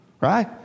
Right